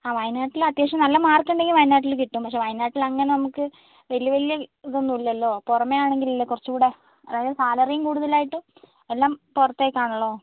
ആ വയനാട്ടിൽ അത്യാവശ്യം നല്ല മാർക്ക് ഉണ്ടെങ്കിൽ വയനാട്ടിൽ കിട്ടും പക്ഷെ വയനാട്ടിൽ അങ്ങനെ നമുക്ക് വലിയ വലിയ ഇതൊന്നുമില്ലല്ലോ പുറമെ ആണെങ്കിൽ അല്ലെ കുറച്ചുകൂടി അതായത് സാലറിയും കൂടുതലായിട്ടും എല്ലാം പുറത്തേക്കാണല്ലൊ